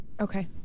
okay